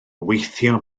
weithio